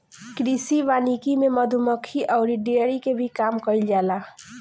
कृषि वानिकी में मधुमक्खी अउरी डेयरी के भी काम कईल जाला